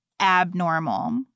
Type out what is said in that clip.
abnormal